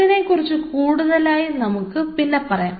ഇതിനെക്കുറിച്ച് കൂടുതലായി നമുക്ക് പിന്നെ പറയാം